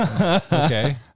Okay